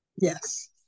Yes